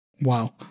Wow